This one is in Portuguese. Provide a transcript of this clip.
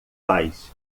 pais